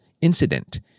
incident